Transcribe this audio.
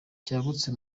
cyagutse